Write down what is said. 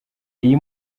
iyi